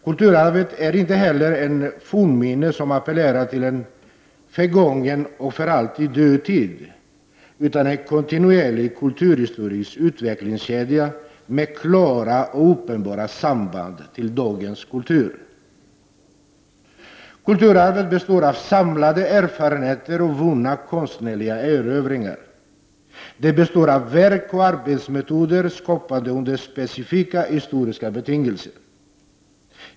Kulturarvet är inte heller ett fornminne som appellerar till en förgången och för alltid död tid, utan en kontinuerlig kulturhistorisk utvecklingskedja med klara och uppenbara samband med dagens kultur. Kulturarvet består av samlade erfarenheter och vunna konstnärliga erövringar. Det består av verk och arbetsmetoder skapade under specifika historiska betingelser.